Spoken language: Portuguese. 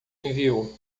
enviou